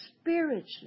spiritually